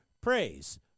praise